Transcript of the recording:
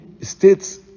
states